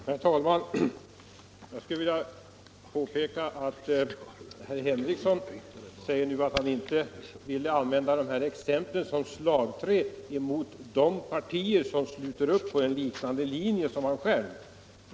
Herr talman! Herr Henrikson säger nu att han inte vill använda dessa exempel som slagträ mot de partier som sluter upp på i stort sett samma linje som han själv.